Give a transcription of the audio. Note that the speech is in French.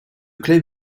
club